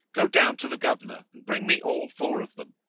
go down to the governor and bring me all four of them.